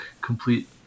Complete